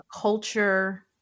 culture